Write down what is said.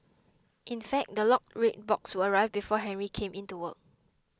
in fact the locked red box would arrive before Henry came in to work